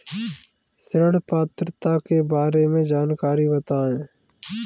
ऋण पात्रता के बारे में जानकारी बताएँ?